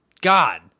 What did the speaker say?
God